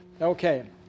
Okay